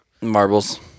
Marbles